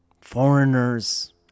foreigners